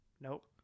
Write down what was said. Nope